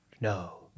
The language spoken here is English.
no